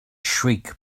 shriek